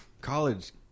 college